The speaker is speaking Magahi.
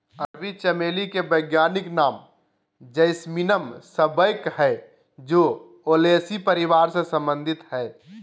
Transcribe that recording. अरबी चमेली के वैज्ञानिक नाम जैस्मीनम सांबैक हइ जे ओलेसी परिवार से संबंधित हइ